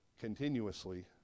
continuously